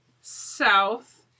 south